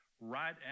right